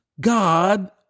God